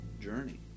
journey